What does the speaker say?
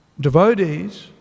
devotees